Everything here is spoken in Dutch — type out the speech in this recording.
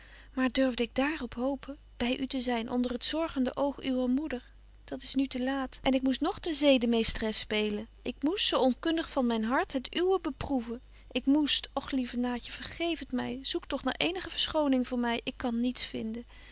maar durfde ik dààr op hopen by u te zyn onder het zorgende oog uwer moeder dat is nu te laat en ik moest nog de zedemeestres speelen ik moest zo onkundig van myn hart het uwe beproeven ik moest och lieve naatje vergeef het my zoek toch naar eenige verschoning voor my ik kan niets vinden